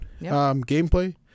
gameplay